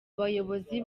bayobozi